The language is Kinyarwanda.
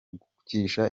kugisha